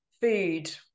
food